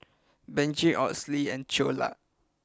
Benji Odalys and Cleola